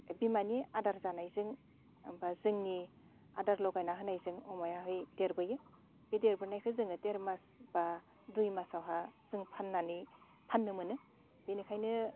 बिमानि आदार जानायजों बा जोंनि आदार लगायना होनायजों अमायाहै देरबोयो बे देरबोनायखो जों देरमास बा दुइमासावहा जों फाननानै फाननो मोनो बिनिखायनो